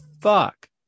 fuck